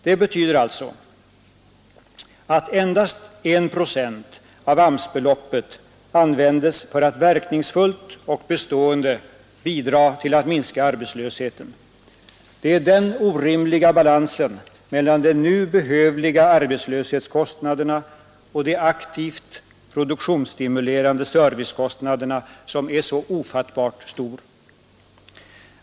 Det betyder alltså att endast en procent av AMS-beloppet används för att verkningsfullt och bestående bidra till att minska arbetslösheten. Det är den orimliga obalansen mellan de nu oundgängliga kostnaderna för arbetslösheten och de aktivt produktionsstimulerande servicekostnaderna som är så ofattbart stor.